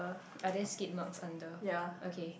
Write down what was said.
are there skate marks under okay